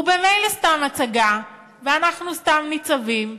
הוא ממילא סתם הצגה, ואנחנו סתם ניצבים,